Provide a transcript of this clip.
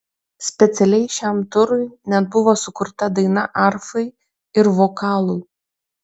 specialiai šiam turui net buvo sukurta daina arfai ir vokalui